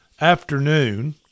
afternoon